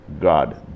God